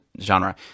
genre